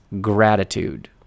gratitude